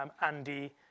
Andy